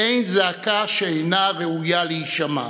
אין זעקה שאינה ראויה להישמע.